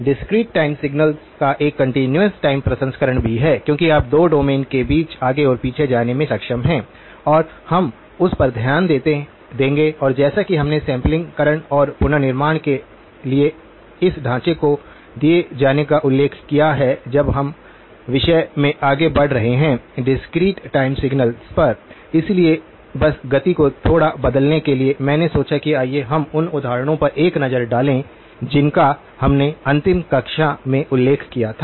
discrete time signals का एक continuous time प्रसंस्करण भी है क्योंकि आप दो डोमेन के बीच आगे और पीछे जाने में सक्षम हैं और हम उस पर ध्यान देंगे और जैसा कि हमने सैंपलिंगकरण और पुनर्निर्माण के लिए इस ढांचे को दिए जाने का उल्लेख किया है अब हम विषय में आगे बढ़ रहे हैं डिस्क्रीट टाइम सिग्नल्स पर इसलिए बस गति को थोड़ा बदलने के लिए मैंने सोचा कि आइए हम उन उदाहरणों पर एक नज़र डालें जिनका हमने अंतिम कक्षा में उल्लेख किया था